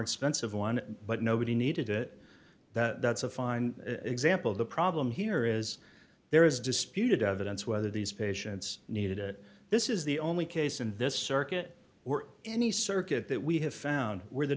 expensive one but nobody needed it that's a fine example of the problem here is there is disputed evidence whether these patients needed it this is the only case in this circuit were any circuit that we have found where the